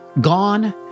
Gone